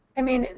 i mean,